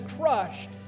crushed